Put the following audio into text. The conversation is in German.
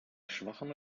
schwachem